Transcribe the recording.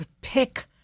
pick